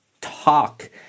talk